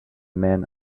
men